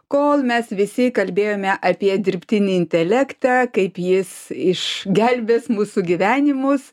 kol mes visi kalbėjome apie dirbtinį intelektą kaip jis išgelbės mūsų gyvenimus